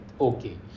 okay